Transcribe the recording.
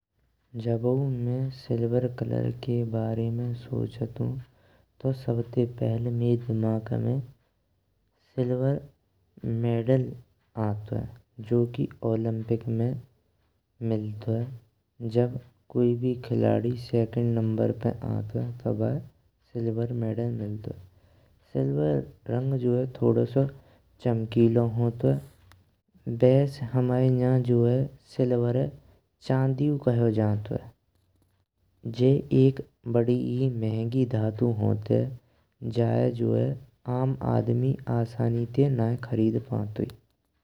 जबों मैं silver colour के बारे में सोचंतु तो सबते पहेल मेंये दिमाग में सिल्वर मेडल आंतुए। जो कि ओलम्पिक में मिलतुए जब कोई भी खिलाड़ी सेकंड नंबर पे आंतुए, तो बायें सिल्वर मेडल मिलतुए सिल्वर रंग जो है थोड़ो सो चमकीलो होंतुए। बैस ह्मायें नॅ सिल्वरे चांदीयू खायो जाँतुए जे एक बड़ी ही महंगी धातु होन्तेये जाये। जो है आम आदमी आसानी ते नाये खरीद पांतुई।